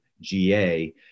GA